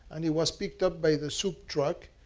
and he was picked up by the soup truck.